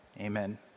amen